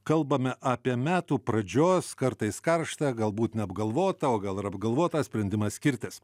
kalbame apie metų pradžios kartais karštą galbūt neapgalvotą o gal ir apgalvotą sprendimą skirtis